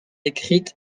écrites